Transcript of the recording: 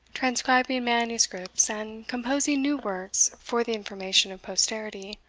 transcribing manuscripts, and composing new works for the information of posterity.